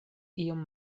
iom